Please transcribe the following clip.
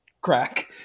Crack